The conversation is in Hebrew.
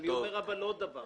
אבל אני אומר עוד דבר: